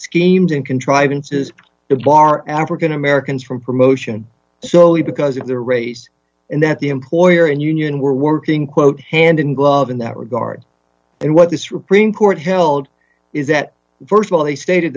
schemes and contrivances to bar african americans from promotion solely because of their race and that the employer and union were working quote hand in glove in that regard and what this reprint court held is that st of all they stated